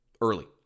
early